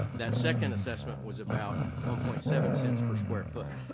that second assessment was about one point seven cents per square foot.